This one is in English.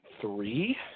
three